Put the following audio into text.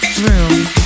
room